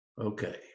Okay